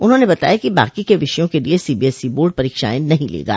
उन्होंने बताया कि बाकी के विषयों के लिए सीबीएसई बोर्ड परीक्षाएं नहीं लेगा